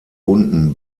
unten